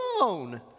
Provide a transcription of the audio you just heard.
alone